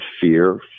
fear